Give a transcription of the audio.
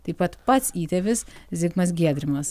taip pat pats įtėvis zigmas giedrimas